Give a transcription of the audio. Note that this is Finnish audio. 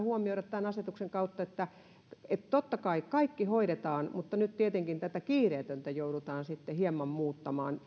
huomioida tämän asetuksen kautta tietenkin se että totta kai kaikki hoidetaan mutta nyt tietenkin tätä kiireetöntä aikataulua joudutaan sitten hieman muuttamaan